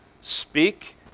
speak